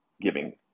giving